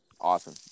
Awesome